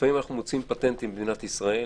לפעמים אנחנו מוצאים פטנטים במדינת ישראל,